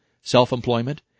self-employment